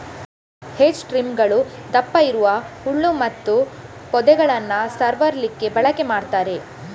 hedge ಟ್ರಿಮ್ಮರುಗಳು ದಪ್ಪ ಇರುವ ಹುಲ್ಲು ಮತ್ತೆ ಪೊದೆಗಳನ್ನ ಸವರ್ಲಿಕ್ಕೆ ಬಳಕೆ ಮಾಡ್ತಾರೆ